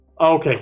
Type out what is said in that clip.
Okay